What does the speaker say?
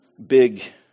big